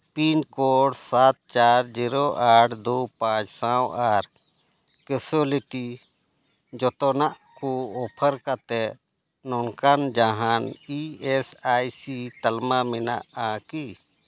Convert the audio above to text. pin code ᱥᱟᱛ ᱪᱟᱨ zero ᱟᱴ ᱫᱩ ᱯᱟᱸᱪ ᱥᱟᱶ ᱟᱨ ᱠᱮᱥᱳᱞᱤᱴᱤ ᱡᱚᱛᱚᱱᱟᱜ ᱠᱚ ᱚᱯᱷᱟᱨ ᱠᱟᱛᱮᱫ ᱱᱚᱝᱠᱟᱱ ᱡᱟᱦᱟᱱ ᱤ ᱮᱥ ᱟᱭ ᱥᱤ ᱛᱟᱞᱢᱟ ᱢᱮᱱᱟᱜᱼᱟ ᱠᱤ